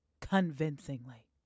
Convincingly